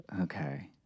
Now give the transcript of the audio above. Okay